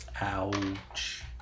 Ouch